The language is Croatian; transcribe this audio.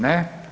Ne.